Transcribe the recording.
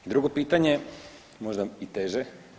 I drugo pitanje, možda i teže.